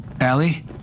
Allie